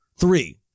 Three